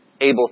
able